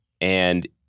and-